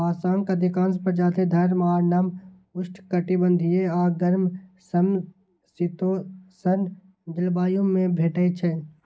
बांसक अधिकांश प्रजाति गर्म आ नम उष्णकटिबंधीय आ गर्म समशीतोष्ण जलवायु मे भेटै छै